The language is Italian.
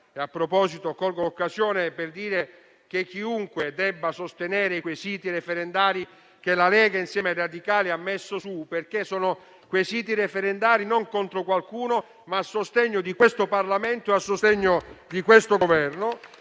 proposito, colgo l'occasione per dire che chiunque dovrebbe sostenere i quesiti referendari che la Lega, insieme ai radicali, ha messo su, perché non sono contro qualcuno ma a sostegno di questo Parlamento e di questo Governo.